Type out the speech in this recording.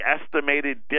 estimated